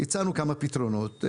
הצענו כמה פתרונות,